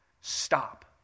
Stop